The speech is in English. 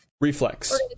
reflex